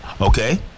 Okay